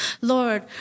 Lord